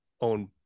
own